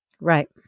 right